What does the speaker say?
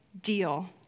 deal